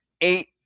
eight